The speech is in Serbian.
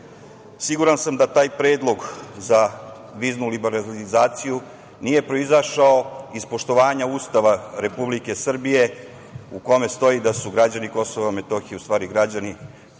siguran sam da taj predlog za viznu liberalizaciju nije proizašao iz poštovanja Ustava Republike Srbije u kome stoji da su građani KiM u stvari građani